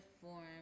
form